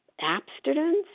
abstinence